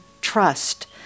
Trust